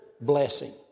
blessing